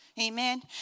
Amen